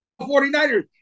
49ers